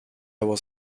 was